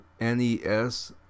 NES